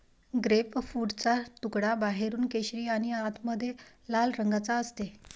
ग्रेपफ्रूटचा तुकडा बाहेरून केशरी आणि आतमध्ये लाल रंगाचा असते